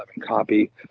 copy